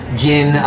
gin